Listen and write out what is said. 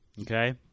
Okay